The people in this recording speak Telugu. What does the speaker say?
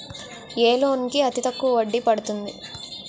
ఏ లోన్ కి అతి తక్కువ వడ్డీ పడుతుంది?